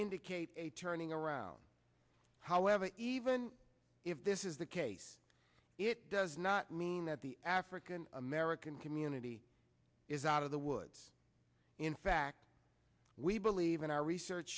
indicate a turning around however even if this is the case it does not mean that the african american community is out of the woods in fact we believe in our research